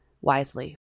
wisely